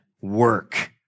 work